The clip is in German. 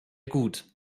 gut